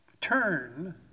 Turn